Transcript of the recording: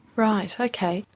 right, okay.